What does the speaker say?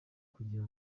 kugira